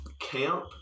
Camp